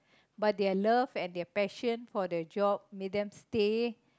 but their love and their passion for the job made them stay